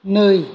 नै